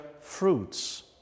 fruits